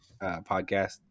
podcast